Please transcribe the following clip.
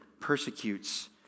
persecutes